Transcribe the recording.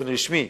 באופן רשמי,